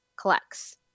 collects